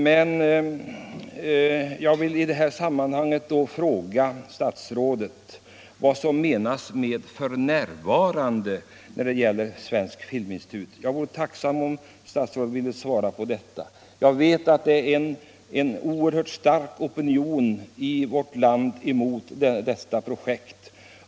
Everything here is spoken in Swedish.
Men jag vill i detta sammanhang fråga statsrådet vad som menas med ”f. n.” då det gäller Svenska filminstitutet. Jag vore tacksam om statsrådet ville svara på den frågan. Jag vet att det är en oerhört stark opinion i vårt land emot detta projekt.